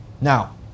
Now